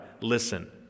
listen